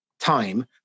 time